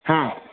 હા